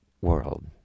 world